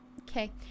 okay